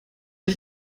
ich